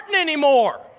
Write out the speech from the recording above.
anymore